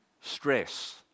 stress